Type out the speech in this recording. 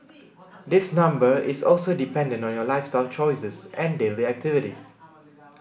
this number is also dependent on your lifestyle choices and daily activities